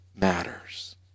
matters